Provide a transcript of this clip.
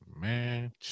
Man